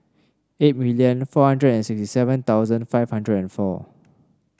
eight million four hundred and sixty seven thousand five hundred and four